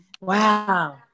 Wow